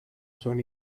son